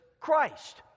Christ